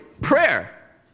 prayer